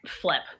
flip